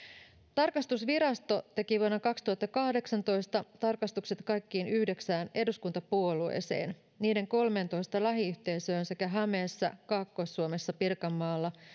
tarkastusvirasto teki vuonna kaksituhattakahdeksantoista tarkastukset kaikkiin yhdeksään eduskuntapuolueeseen niiden kolmeentoista lähiyhteisöön sekä hämeessä kaakkois suomessa pirkanmaalla